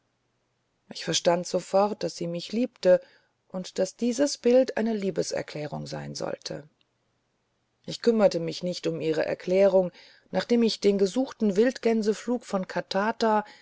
ich verstand sofort daß sie mich liebte und daß dieses bild eine liebeserklärung sein sollte ich kümmerte mich nicht um ihre erklärung nachdem ich den gesuchten wildgänseflug von katata